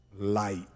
light